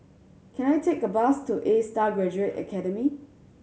can I take a bus to Astar Graduate Academy